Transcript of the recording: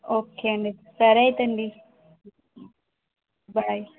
okay అండి సరే అయితే అండి బై